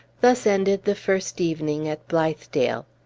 thus ended the first evening at blithedale.